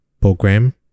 program